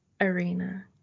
arena